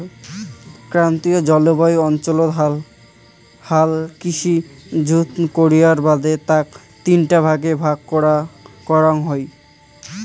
ক্রান্তীয় জলবায়ু অঞ্চলত হাল কৃষি জুত করির বাদে তাক তিনটা ভাগ করাং হই